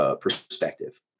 perspective